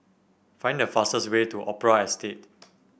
find the fastest way to Opera Estate